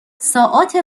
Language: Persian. ساعات